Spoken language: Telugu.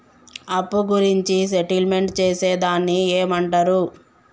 అప్పు గురించి సెటిల్మెంట్ చేసేదాన్ని ఏమంటరు?